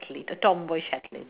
~lete the tomboyish athlete